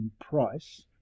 price